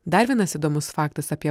dar vienas įdomus faktas apie